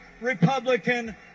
Republican